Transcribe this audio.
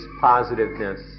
positiveness